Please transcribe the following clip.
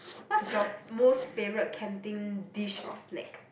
what's your most favourite canteen dish or snack